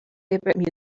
favorite